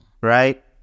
Right